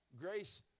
grace